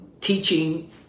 teaching